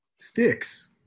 sticks